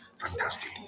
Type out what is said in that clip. fantastic